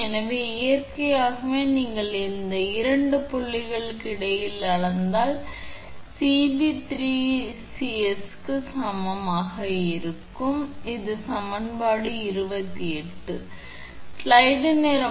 எனவே இயற்கையாகவே நீங்கள் இந்த 2 புள்ளிகளுக்கு இடையில் அளந்தால் அது 𝐶𝑏 3𝐶𝑠 க்கு சமமாக இருக்கும் அது சமன்பாடு 28 ஆகும்